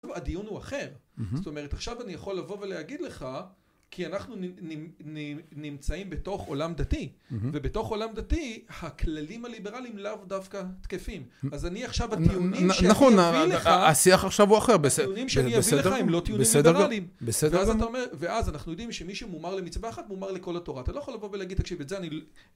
הדיון הוא אחר זאת אומרת עכשיו אני יכול לבוא ולהגיד לך כי אנחנו נמצאים בתוך עולם דתי ובתוך עולם דתי הכללים הליברלים לאו דווקא תקפים אז אני עכשיו, הטיעונים שאני אביא לך, נכון, השיח עכשיו הוא אחר באמת טיעונים שאני אביא לך הם לא טיעונים ליברליים ואז אנחנו יודעים שמישהו מומר למצווה אחד מומר לכל התורה אתה לא יכול לבוא ולהגיד תקשיב את זה